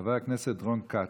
חבר הכנסת רון כץ,